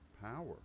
power